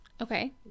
Okay